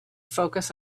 focus